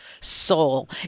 Soul